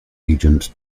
agent